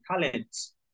talents